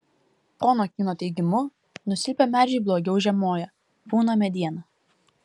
pono kyno teigimu nusilpę medžiai blogiau žiemoja pūna mediena